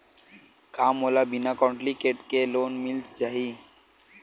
का मोला बिना कौंटलीकेट के लोन मिल जाही?